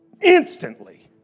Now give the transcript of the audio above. instantly